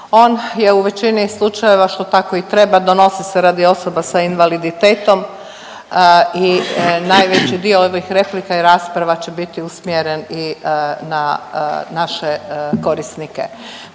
On je u većini slučajeva što tako i treba donosi se radi osoba sa invaliditetom i najveći dio ovih replika i rasprava će biti usmjeren i na naše korisnike.